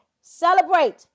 celebrate